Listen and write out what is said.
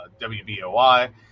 WBOI